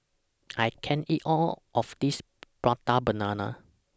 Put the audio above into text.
I can't eat All of This Prata Banana